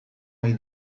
ohi